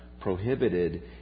prohibited